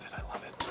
i love it.